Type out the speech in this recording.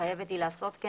וחייבת היא לעשות כן,